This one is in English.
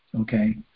okay